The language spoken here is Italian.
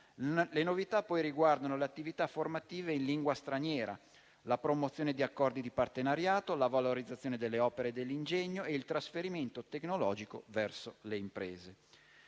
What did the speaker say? Le novità poi riguardano le attività formative in lingua straniera, la promozione di accordi di partenariato, la valorizzazione delle opere dell'ingegno e il trasferimento tecnologico verso le imprese.